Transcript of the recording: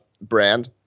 brand